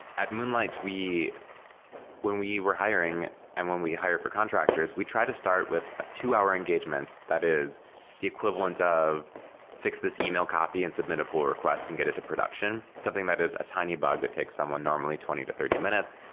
at moonlight, when we were hiring and when we hire for contractors, we try to start with ah two hour engagements that is the equivalence of fix this email copy and submit a pull request and get it to production. something that is a tiny bug it takes someone normally twenty to thirty minutes.